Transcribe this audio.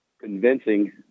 convincing